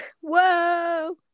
Whoa